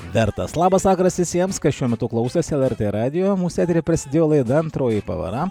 vertas labas vakaras visiems kas šiuo metu klausosi lrt radijo mūsų eteryje prasidėjo laida antroji pavara